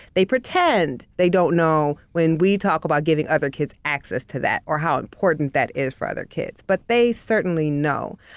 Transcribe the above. they pretend they don't know when we talk about giving other kids access to that or how important that is for other kids, but they certainly know.